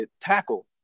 tackle